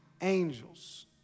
angels